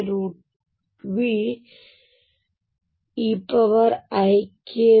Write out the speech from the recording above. r VL3